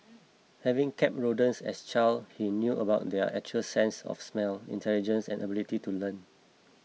having kept rodents as a child he knew about their acute sense of smell intelligence and ability to learn